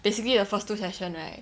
basically the first two session right